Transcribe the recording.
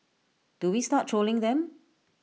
do we start trolling them